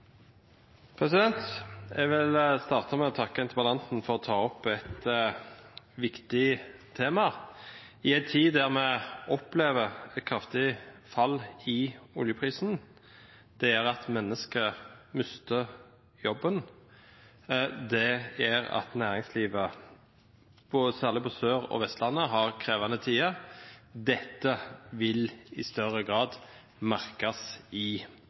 Jeg vil starte med å takke interpellanten for å ta opp et viktig tema i en tid der vi opplever et kraftig fall i oljeprisen. Det gjør at mennesker mister jobben. Det gjør at næringslivet, særlig på Sør- og Vestlandet, har krevende tider. Dette vil i større grad merkes i